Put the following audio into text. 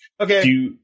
Okay